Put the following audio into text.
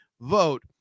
vote